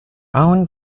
own